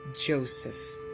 Joseph